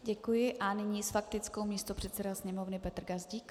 Děkuji a nyní s faktickou místopředseda Sněmovny Petr Gazdík.